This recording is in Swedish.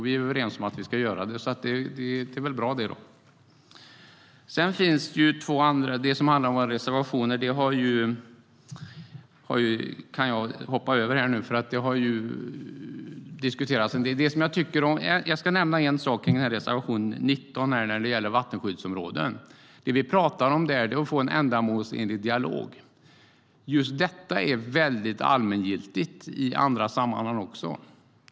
Vi är överens om att vi ska göra det, så det är väl bra. Jag hoppar över reservationerna. Jag ska bara nämna en sak kring reservation 19 när det gäller vattenskyddsområde. Det vi säger där är att vi vill få till en ändamålsenlig dialog. Just detta är väldigt allmängiltigt också i andra sammanhang.